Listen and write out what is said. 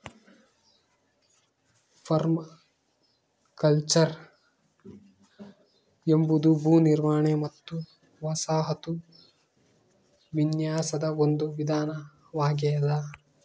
permaculture ಎಂಬುದು ಭೂ ನಿರ್ವಹಣೆ ಮತ್ತು ವಸಾಹತು ವಿನ್ಯಾಸದ ಒಂದು ವಿಧಾನವಾಗೆದ